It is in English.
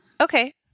Okay